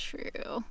True